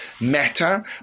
matter